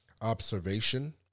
observation